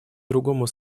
другому